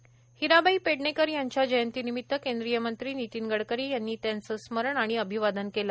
नितीन गडकरी हिराबाई पेडणेकर यांच्या जयंती निमित्त केंद्रीय मंत्री नितीन गडकरी यांनी त्यांचे स्मरण आणि अभिवादन केले